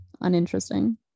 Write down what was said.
uninteresting